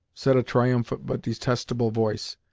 said a triumphant but detestable voice,